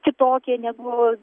kitokie negu